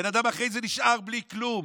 בן אדם אחרי זה נשאר בלי כלום,